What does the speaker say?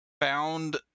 found